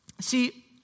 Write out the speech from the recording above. See